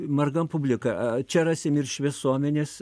marga publika čia rasim ir šviesuomenės